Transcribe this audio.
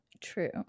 True